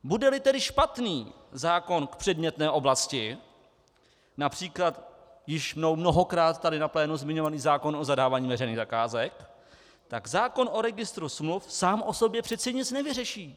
Budeli tedy špatný zákon k předmětné oblasti, například již mnou mnohokrát tady na plénu zmiňovaný zákon o zadávání veřejných zakázek, tak zákon o registru smluv sám o sobě přece nic nevyřeší.